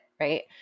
right